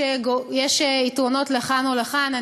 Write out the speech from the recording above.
יש יתרונות לכאן ולכאן.